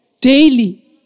daily